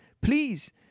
Please